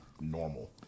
normal